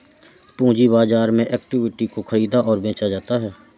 पूंजी बाजार में इक्विटी को ख़रीदा और बेचा जाता है